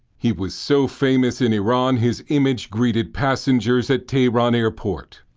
he was so famous in iran, his image greeted passengers at tehran airport.